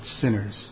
sinners